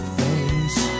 face